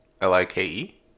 l-i-k-e